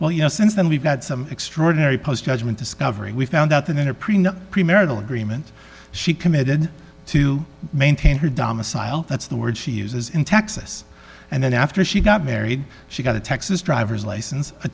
well you know since then we've had some extraordinary post judgment discovery we found out that in a pre nup premarital agreement she committed to maintain her domicile that's the word she uses in texas and then after she got married she got a texas driver's license